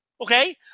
Okay